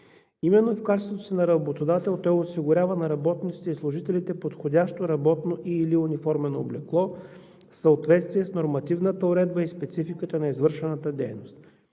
Именно в качеството си на работодател той осигурява на работниците и служителите подходящо работно и/или униформено облекло в съответствие с нормативната уредба и спецификата на извършваната дейност.